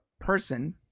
person